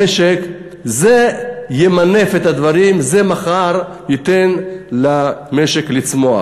זה ימנף את הדברים במשק, זה מחר ייתן למשק לצמוח.